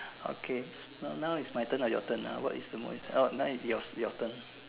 okay so now is my turn or your turn ah what is the most oh now is yours your turn